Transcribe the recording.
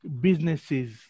businesses